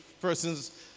persons